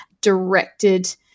directed